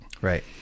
Right